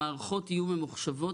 המערכות יהיו ממוחשבות,